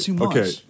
okay